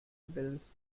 bills